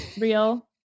real